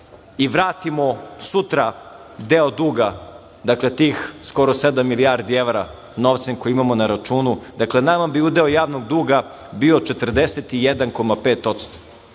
i vratimo sutra deo duga, dakle, tih skoro sedam milijardi evra novca koji imamo na računu, dakle, nama bi udeo javnog duga bio 41,5%.